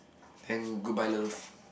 then goodbye love